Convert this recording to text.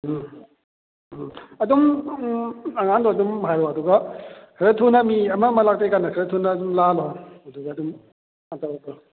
ꯎꯝ ꯎꯝ ꯑꯗꯨꯝ ꯎꯝ ꯑꯉꯥꯡꯗꯣ ꯑꯗꯨꯝ ꯍꯥꯏꯔꯣ ꯑꯗꯨꯒ ꯈꯔ ꯊꯨꯅ ꯃꯤ ꯑꯃ ꯑꯃ ꯂꯥꯛꯇ꯭ꯔꯤꯀꯥꯟꯗ ꯈꯔ ꯊꯨꯅ ꯑꯗꯨꯝ ꯂꯥꯛꯍꯜꯂꯣ ꯑꯗꯨꯒ ꯑꯗꯨꯝ